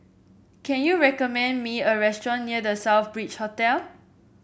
can you recommend me a restaurant near The Southbridge Hotel